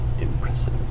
Impressive